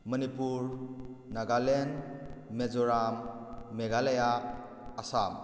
Manipur Nagaland Mizoram Meghalaya Assam